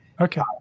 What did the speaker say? Okay